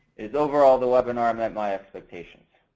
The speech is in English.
is overall, the webinar met my expectations.